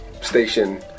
station